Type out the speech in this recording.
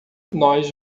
nós